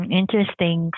interesting